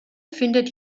findet